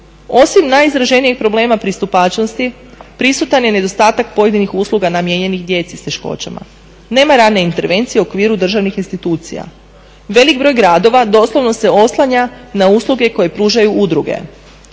Osim najizraženijeg problema pristupačnosti prisutan je nedostatak pojedinih usluga namijenjenih djeci sa teškoćama. Nema rane intervencije u okviru državnih institucija. Velik broj gradova doslovno se oslanja na usluge koje pružaju udruge.